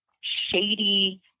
shady